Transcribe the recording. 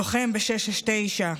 לוחם ב-669,